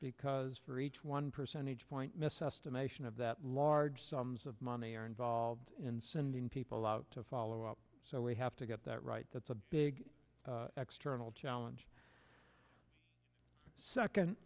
because for each one percentage point mis estimation of that large sums of money are involved in sending people out to follow up so we have to get that right that's a big external challenge second